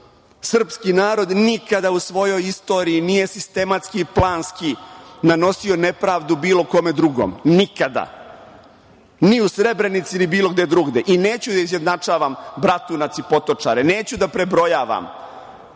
Srpski narod nikada u svojoj istoriji nije sistematski i planski nanosio nepravdu bilo kome drugom, nikada, ni u Srebrenici ni bilo gde drugde. I neću da izjednačavam Bratunac i Potočare. Neću da prebrojavam. Svako